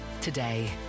today